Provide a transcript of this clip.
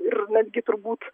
ir netgi turbūt